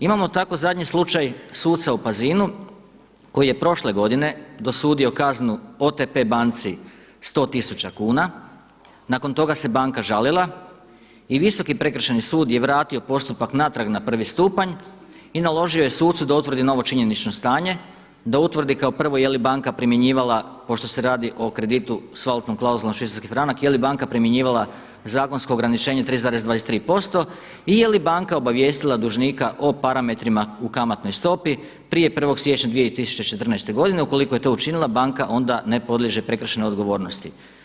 Imamo tako zadnji slučaj suca u Pazinu koji je prošle godine dosudio kaznu OTP banci 100 tisuća kuna, nakon toga se banka žalila i Visoki prekršajni sud je vratio postupak natrag na prvi stupanj i naložio je sucu da utvrdi kao prvo je li banka primjenjivala pošto se radi o kreditu sa valutnom klauzulom švicarski franak, je li banka primjenjivala zakonsko ograničenje 3,23% i je li banka obavijestila dužnika o parametrima u kamatnoj stopi prije 1. siječnja 2014. godine, ukoliko je to učinila banka onda ne podliježe prekršajnoj odgovornosti.